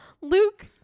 Luke